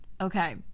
Okay